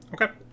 Okay